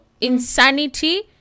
insanity